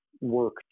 work